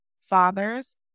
fathers